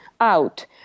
out